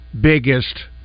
biggest